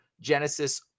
genesis